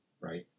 right